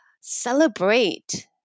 celebrate